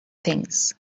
things